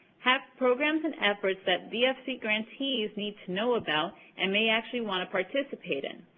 have programs and efforts that dfc grantees need to know about and may actually want to participate in.